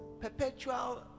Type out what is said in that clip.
perpetual